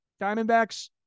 Diamondbacks